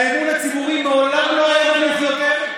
האמון הציבורי מעולם לא היה נמוך יותר,